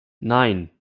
nein